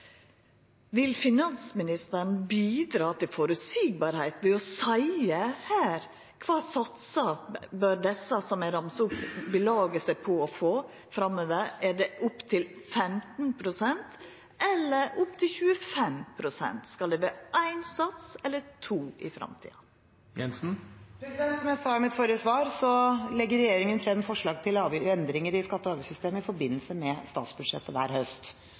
finansministeren bidra til føreseielege vilkår ved å seia her kva satsar desse som eg ramsa opp, bør belaga seg på å få framover? Er det opptil 15 pst., eller opptil 25 pst.? Skal det vera éin sats eller to i framtida? Som jeg sa i mitt forrige svar, så legger regjeringen frem forslag til endringer i skatte- og avgiftssystemet i forbindelse med statsbudsjettet hver høst.